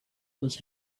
was